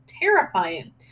terrifying